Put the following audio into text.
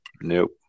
Nope